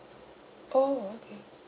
oh okay